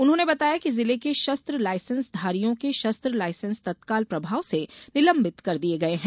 उन्हेांने बताया कि जिले के शस्त्र लायसेंसधारियों के शस्त्र लाइसेंस तत्काल प्रभाव से निलंबित कर दिये गये है